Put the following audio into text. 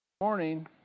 Morning